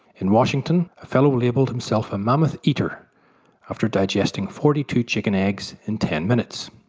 in washington, a fellow labelled himself a mammoth eater after digesting forty two chicken eggs in ten minutes.